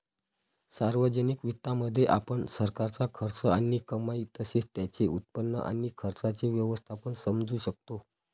सार्वजनिक वित्तामध्ये, आपण सरकारचा खर्च आणि कमाई तसेच त्याचे उत्पन्न आणि खर्चाचे व्यवस्थापन समजू शकतो